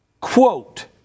quote